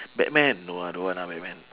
batman no I don't want ah batman